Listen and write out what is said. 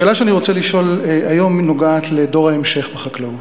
השאלה שאני רוצה לשאול היום נוגעת לדור ההמשך בחקלאות.